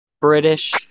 British